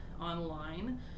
online